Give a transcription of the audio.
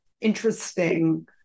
interesting